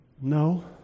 no